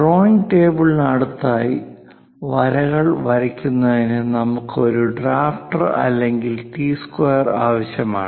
drawing ടേബിളിന് അടുത്തായി വരകൾ വരയ്ക്കുന്നതിന് നമുക്ക് ഒരു ഡ്രാഫ്റ്റർ അല്ലെങ്കിൽ ടി സ്ക്വയർ ആവശ്യമാണ്